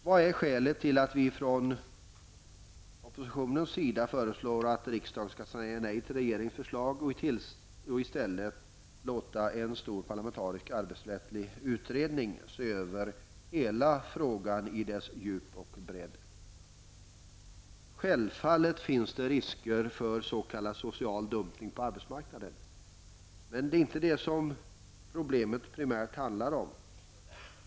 Vad är skälet till att vi från oppositionens sida föreslår riksdagen att säga nej till regeringens förslag och i stället låta en stor parlamentarisk arbetsrättslig utredning se över hela frågan i dess djup och bredd? Självfallet finns det risker för s.k. social dumpning på arbetsmarknaden. Men det är inte det som problemet primärt handlar om.